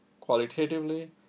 qualitatively